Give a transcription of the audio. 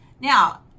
Now